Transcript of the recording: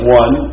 one